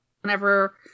whenever